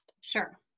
Sure